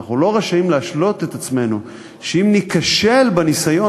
אנחנו לא רשאים להשלות את עצמנו שאם ניכשל בניסיון